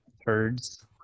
Herds